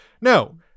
No